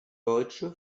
deutsche